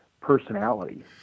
personality